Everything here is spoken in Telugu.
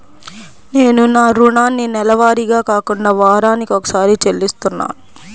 నేను నా రుణాన్ని నెలవారీగా కాకుండా వారానికోసారి చెల్లిస్తున్నాను